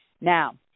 Now